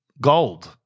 gold